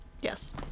Yes